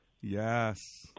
Yes